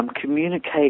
communicate